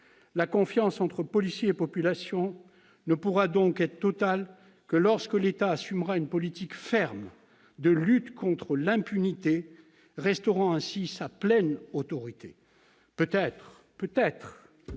La confiance entre policiers et population ne pourra donc être totale que lorsque l'État assumera une politique ferme de lutte contre l'impunité, restaurant ainsi sa pleine autorité. Peut-être- je